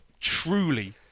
Truly